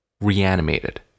reanimated